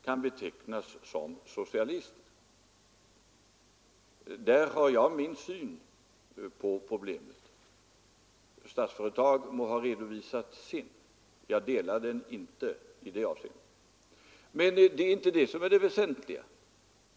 Men det är inte detta som är det väsentliga.